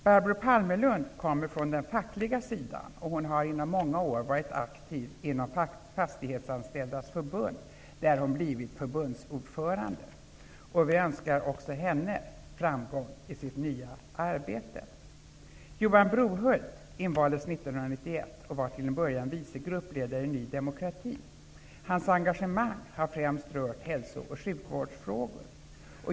Barbro Palmerlund kommer från den fackliga sidan, och hon har i många år varit aktiv inom Fastighetsanställdas förbund, där hon nu blivit förbundsordförande. Vi önskar också henne framgång i hennes nya arbete. Johan Brohult invaldes 1991 och var till en början vice gruppledare i Ny demokrati. Hans engagemang har främst rört hälso och sjukvårdsfrågor.